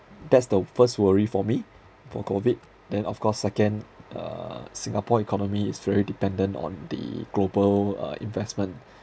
that's the first worry for me for COVID then of course second uh singapore economy is very dependent on the global uh investment